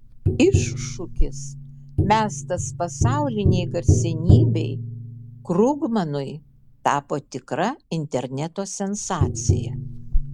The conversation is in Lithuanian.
iššūkis mestas pasaulinei garsenybei krugmanui tapo tikra interneto sensacija